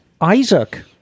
Isaac